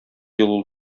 юлы